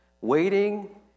Waiting